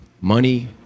Money